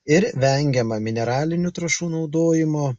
ir vengiama mineralinių trąšų naudojimo